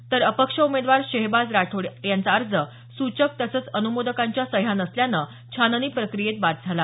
तर अपक्ष उमेदवार शेहबाज राठोड यांचा अर्ज सूचक तसंच अनुमोदकांच्या सह्या नसल्यानं छाननी प्रक्रियेत बाद झाला